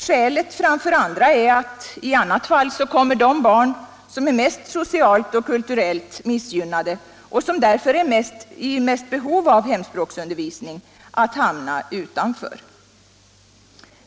Skälet framför andra är att i annat fall de barn som är mest socialt och kulturellt missgynnade och som därför är mest i behov av hemspråksundervisning kommer att hamna utanför.